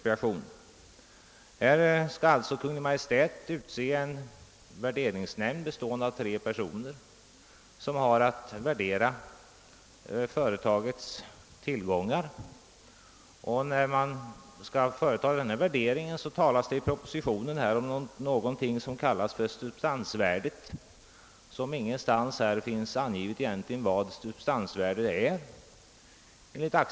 Man skall i stället utse en värderingsnämnd på tre personer, som har att värdera företagets tillgångar. Vid den värderingen skall man enligt propositionen ta hänsyn till någonting som kallas för substansvärdet, men det finns ingenstans angivet vad detta värde är för något.